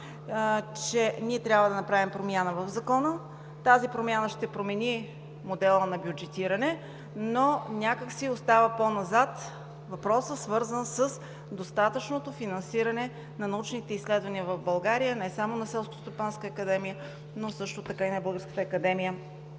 че ние трябва да направим промяна в Закона. Тази промяна ще промени модела на бюджетиране, но някак си остава по-назад въпросът, свързан с достатъчното финансиране на научните изследвания в България, не само на Селскостопанската академия, но също така и на Българската академия